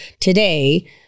today